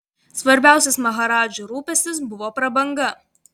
svarbiausias maharadžų rūpestis buvo prabanga